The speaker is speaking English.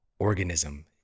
organism